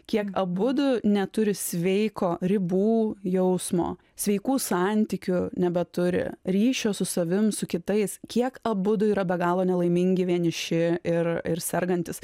kiek abudu neturi sveiko ribų jausmo sveikų santykių nebeturi ryšio su savim su kitais kiek abudu yra be galo nelaimingi vieniši ir ir sergantys